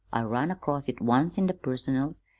i run across it once in the personals,